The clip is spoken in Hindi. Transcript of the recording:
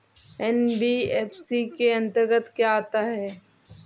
एन.बी.एफ.सी के अंतर्गत क्या आता है?